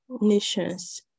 nations